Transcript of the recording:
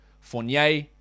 Fournier